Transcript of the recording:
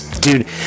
Dude